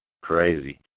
crazy